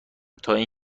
تااین